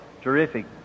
terrific